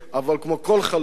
אבל כמו כל חלום,